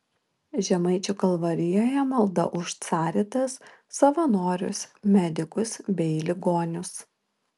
žemaičių kalvarijoje malda už caritas savanorius medikus bei ligonius